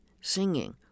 singing